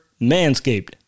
Manscaped